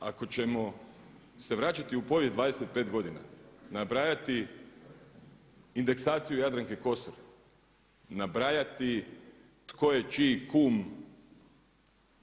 Ako ćemo se vraćati u povijest 25 godina, nabrajati indeksaciju Jadranke Kosor, nabrajati tko je čiji kum